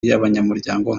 y’abanyamuryango